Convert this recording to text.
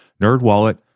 Nerdwallet